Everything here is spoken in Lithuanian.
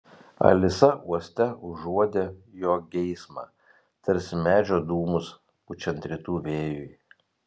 alisa uoste užuodė jo geismą tarsi medžio dūmus pučiant rytų vėjui